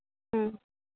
ᱦᱩᱸ